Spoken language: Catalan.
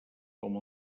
com